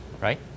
Right